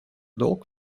долг